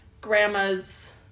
grandma's